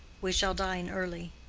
we shall dine early.